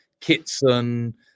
Kitson